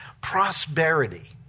Prosperity